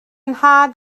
nhad